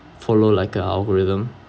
follow like a algorithm